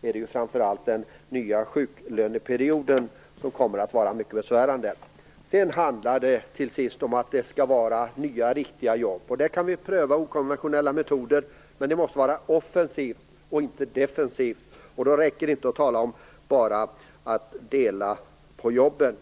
Det gäller framför allt den nya sjuklöneperioden som kommer att bli mycket besvärande. Sedan handlar det slutligen om att det skall vara nya riktiga jobb. Här kan vi pröva konventionella metoder, men de måste vara offensiva och inte defensiva. Då räcker det inte att bara tala om att dela på jobben.